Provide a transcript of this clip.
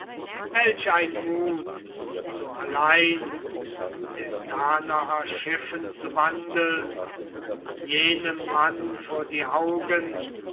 welch ein mut so allein zu der danaer schiffen zu wandeln jenem mann vor die augen